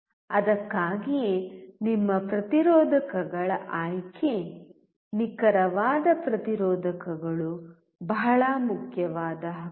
ಅದಕ್ಕಾಗಿಯೇ ನಿಮ್ಮ ಪ್ರತಿರೋಧಕಗಳ ಆಯ್ಕೆ ನಿಖರವಾದ ಪ್ರತಿರೋಧಕಗಳು ಬಹಳ ಮುಖ್ಯವಾದ ಹಕ್ಕು